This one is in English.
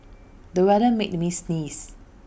the weather made me sneeze